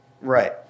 Right